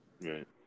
Right